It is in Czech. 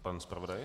Pan zpravodaj?